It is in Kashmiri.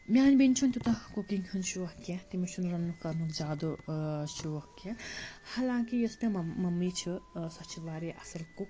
میٛانہِ بیٚنہِ چھُنہٕ تیوٗتاہ کُکِنٛگ ہُنٛد شوق کینٛہہ تٔمِس چھُنہٕ رَننُک کَرنُک زیادٕ شوق کینٛہہ حالانٛکہِ یۄس مےٚ مَم مَمی چھِ سۄ چھِ واریاہ اَصٕل کُک